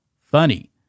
Funny